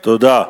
תודה.